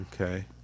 Okay